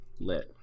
Lit